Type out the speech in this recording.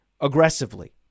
aggressively